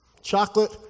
Chocolate